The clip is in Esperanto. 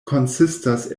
konsistas